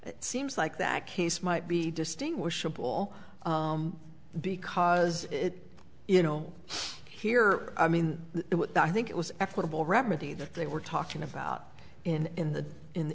it seems like that case might be distinguishable because it you know here i mean i think it was equitable remedy that they were talking about in the in the in